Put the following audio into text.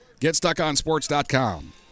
GetStuckOnSports.com